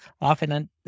often